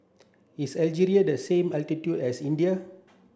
is Algeria the same latitude as India